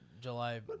July